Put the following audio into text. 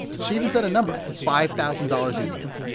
she even set a number five thousand dollars a year.